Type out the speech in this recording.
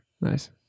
Nice